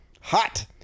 Hot